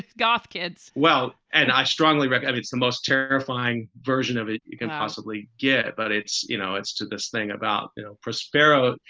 goth kids. well, and i strongly recommend it's the most terrifying version of it you can possibly get. but it's you know, it's to this thing about, you know, prospero.